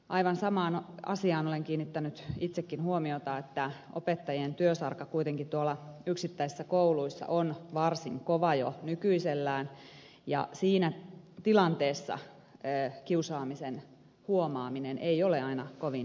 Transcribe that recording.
aivan samaan asiaan olen kiinnittänyt itsekin huomiota että opettajien työsarka kuitenkin tuolla yksittäisissä kouluissa on varsin kova jo nykyisellään ja siinä tilanteessa kiusaamisen huomaaminen ei ole aina kovin helppoa